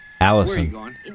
Allison